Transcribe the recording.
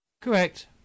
Correct